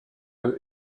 eux